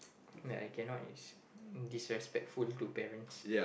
that I cannot is disrespectful to parents